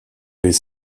les